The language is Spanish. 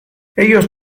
ellos